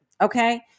Okay